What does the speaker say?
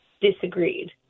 disagreed